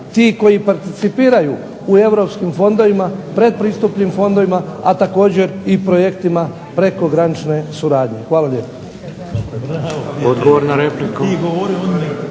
ti koji participiraju u europskim fondovima, predpristupnim fondovima a također i projektima prekogranične suradnje. Hvala lijepo.